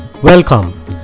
Welcome